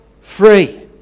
free